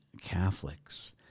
Catholics